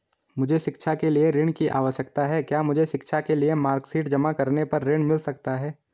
मुझे शिक्षा के लिए ऋण की आवश्यकता है क्या मुझे शिक्षा के लिए मार्कशीट जमा करने पर ऋण मिल सकता है?